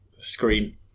screen